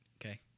Okay